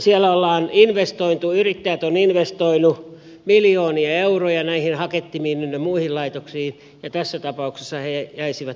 siellä yrittäjät ovat investoineet miljoonia euroja näihin hakettimiin ynnä muihin laitoksiin ja tässä tapauksessa he jäisivät työttömiksi